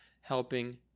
helping